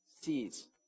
seeds